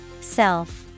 Self